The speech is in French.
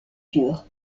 pur